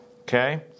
Okay